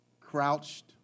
crouched